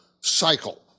cycle